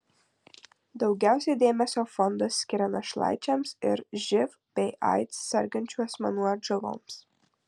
daugiausiai dėmesio fondas skiria našlaičiams ir živ bei aids sergančių asmenų atžaloms